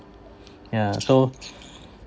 yeah so